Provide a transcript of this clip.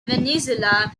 venezuela